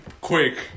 quick